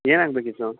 ಏನಾಗಬೇಕಿತ್ತು